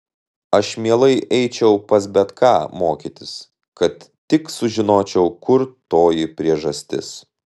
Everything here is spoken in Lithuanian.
aš mielai eičiau pas bet ką mokytis kad tik sužinočiau kur toji priežastis